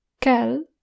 Kel